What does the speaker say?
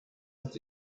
uns